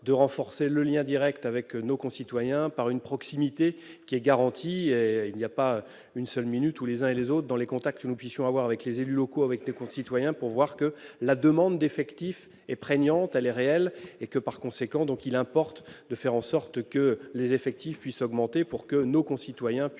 de renforcer le lien Direct avec nos concitoyens par une proximité qui est garanti, il n'y a pas une seule minute où les uns et les autres dans les contacts que nous puissions avoir avec les élus locaux avec nos concitoyens, pour voir que la demande d'effectifs est prégnante, elle est réelle et que par conséquent donc il importe de faire en sorte que les effectifs puisse augmenter pour que nos concitoyens puissent